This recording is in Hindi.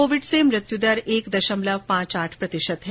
कोविड से मृत्युदर एक दशमलव पांच आठ प्रतिशत है